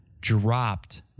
dropped